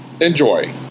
Enjoy